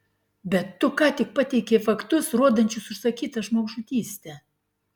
bet tu ką tik pateikei faktus rodančius užsakytą žmogžudystę